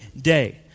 day